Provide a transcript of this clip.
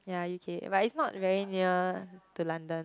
ya U_K but it's not very near to London